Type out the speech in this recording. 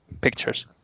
pictures